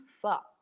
fuck